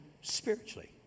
spiritually